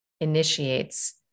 initiates